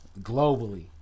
globally